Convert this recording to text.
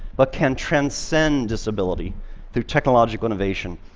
but can transcend disability through technological innovation.